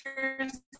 characters